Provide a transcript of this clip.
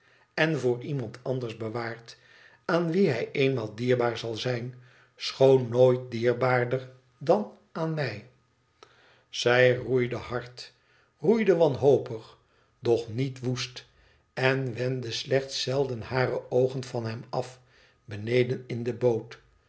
en voor iemand anders bewaard aan wie hij eenmaal dierbaar zal zijn schoon nooit dierbaarder dan aan mij i zij roeide hard roeide wanhopig doch niet woest en wendde slechts zelden hare oogen van hem af beneden in de boot